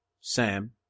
Sam